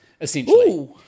Essentially